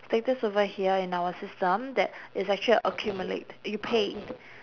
status over here in our system that it's actually accumulate you paid